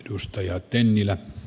arvoisa puhemies